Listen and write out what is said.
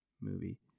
movie